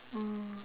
mm